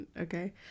Okay